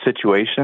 situation